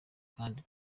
kandi